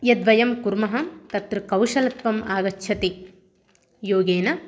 यद्वयं कुर्मः तत्र कौशलत्वम् आगच्छति योगेन